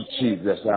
Jesus